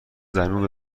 زمین